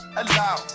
allow